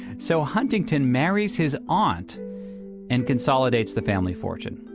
so, huntington marries his aunt and consolidates the family fortune.